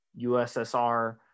USSR